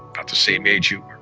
about the same age you